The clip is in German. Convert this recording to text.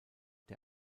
der